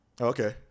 Okay